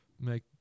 make